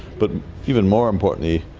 but even more importantly,